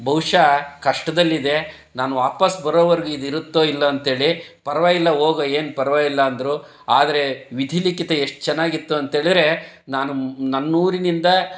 ಬಹುಷಃ ಕಷ್ಟದಲ್ಲಿದೆ ನಾನು ವಾಪಸ್ ಬರೋವರ್ಗೆ ಇದು ಇರುತ್ತೋ ಇಲ್ವೋ ಅಂತೇಳಿ ಪರ್ವಾಗಿಲ್ಲ ಹೋಗೊ ಏನೂ ಪರ್ವಾಗಿಲ್ಲ ಅಂದರು ಆದರೆ ವಿಧಿಲಿಖಿತ ಎಷ್ಟು ಚೆನ್ನಾಗಿತ್ತು ಅಂತ ಹೇಳಿದ್ರೆ ನಾನು ನನ್ನ ಊರಿನಿಂದ